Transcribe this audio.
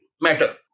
matter